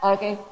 Okay